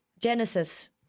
Genesis